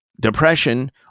Depression